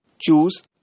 choose